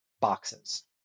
boxes